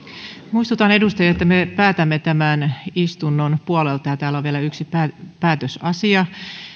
muistutan edustajia että me päätämme tämän istunnon puolelta ja täällä on vielä yksi päätösasia